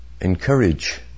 encourage